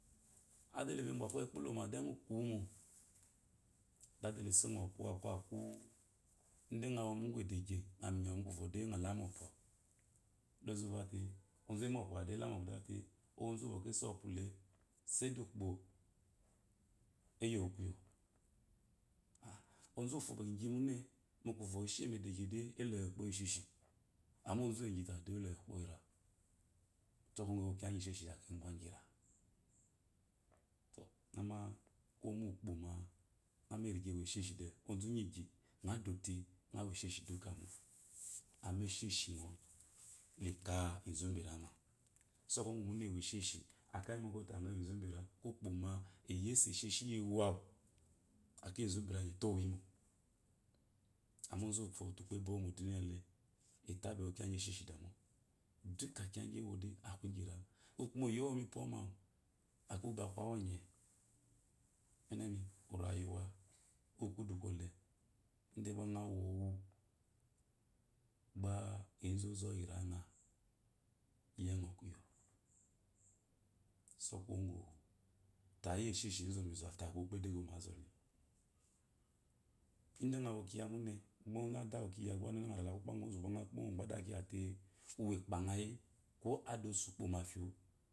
Adale ba above kumeyi ikpolomo awude engu kuwumo de adale esengo ngoyi minyoma mu kurode ngwo medegye ngoyi minyomamu kurode ngola mu opuawa de ozuma opuwu de ngola mu opuawa de ozuma opuawu de azangete ozuwe se opule saidai ukpo eyomukuyo ak ozufo bai gyimune be she meedegye da bai lewu ukpo wesheshi amma ozuwegyi tayi de belemi ukpo ura le ngo mo kiya gyi esheshi ngo kibwe gyira to amma ko bukpo ma ngo ma ngowo esheshiide ozumu inyi igyi ngo dote ngowo esheshi dikamo esheshnga cika zubirama so kuwo kwo munene ngowo esheshi yi ngomo awu akeyi zubira etowu yimo amma ozuwufi te uko ebomu mo demiya amma ozuwufo te ukpo ebowu mo duniyc ele etabe ewo kiyi gyi esheshi demo duka kiya gye ewode ku igyira rukume oyewomo ipoma wukuma akrawu onye umenemi morayuwa wu kududolw idegba ngaro gba enzu ozoyiranga yoenso kuyo so kumo gun ta yesheshi yezu oyini zo mawu tayi gba ukpoedego yezu oyimizo mawu tayi gba ukpoedego yemizole ide ngowo kiya mune ringo adakiya gba ngo rela kokpa gun ozu gba. ngo kpomo adakiya ate uwu we kpangasu ko adasukpo mafiwu